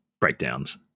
breakdowns